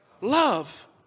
Love